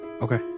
Okay